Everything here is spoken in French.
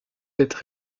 être